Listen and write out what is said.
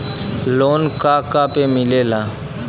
Loan का का पे मिलेला?